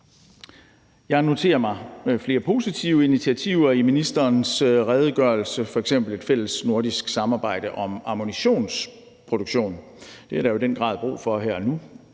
Jeg noterer mig flere positive initiativer i ministerens redegørelse, f.eks. et fælles nordisk samarbejde om ammunitionsproduktion. Det er der jo i den grad brug for her og nu